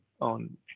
on